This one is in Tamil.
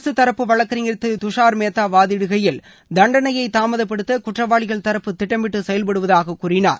அரசு தரப்பு வழக்கறிஞர் திரு துஷார் மேத்தா வாதிடுகையில் தண்டனையை தாமதப்படுத்த குற்றவாளிகள் தரப்பு திட்டமிட்டு செயல்படுவதாக கூறினார்